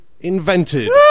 invented